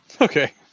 Okay